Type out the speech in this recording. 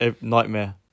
nightmare